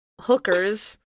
hookers